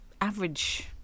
average